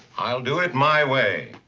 i'll do it my way!